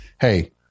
Hey